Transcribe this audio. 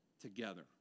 together